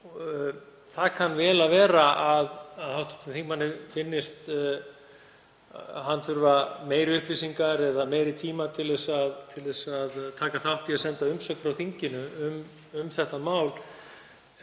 Það kann vel að vera að hv. þingmanni finnist hann þurfa meiri upplýsingar eða meiri tíma til þess að taka þátt í að senda umsögn frá þinginu um þetta mál.